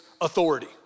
authority